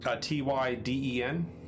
T-Y-D-E-N